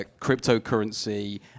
cryptocurrency